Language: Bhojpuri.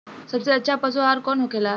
सबसे अच्छा पशु आहार कौन होखेला?